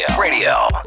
Radio